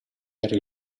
era